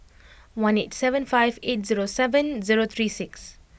one eight seven five eight zero seven zero three six